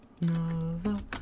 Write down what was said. Nova